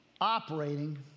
operating